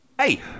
Hey